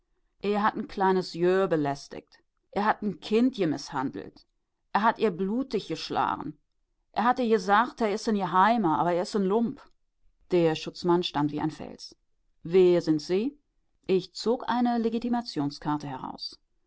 er hat n kleines jöhr belästigt er hat n kind jemißhandelt er hat ihr blutig jeschlagen er hat jesagt er is n jeheimer aber er is n lump der schutzmann stand wie ein fels wer sind sie ich zog eine legitimationskarte heraus